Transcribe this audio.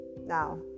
now